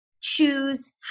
choose